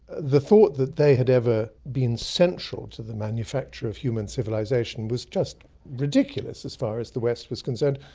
the thought that they had ever been central to the manufacture of human civilisation was just ridiculous as far as the west was concerned.